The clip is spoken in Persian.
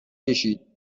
کشید